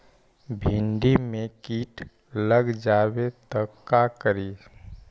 भिन्डी मे किट लग जाबे त का करि?